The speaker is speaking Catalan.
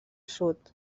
sud